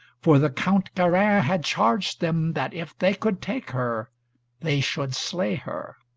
for the count garin had charged them that if they could take her they should slay her.